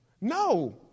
No